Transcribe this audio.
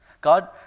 God